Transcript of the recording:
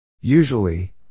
Usually